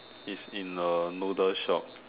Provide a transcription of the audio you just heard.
is in a noodle shop